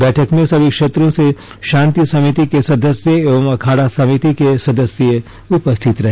बैठक में सभी क्षेत्रों से शांति समिति के सदस्य एवं अखाड़ा समिति के सदस्य उपस्थित रहे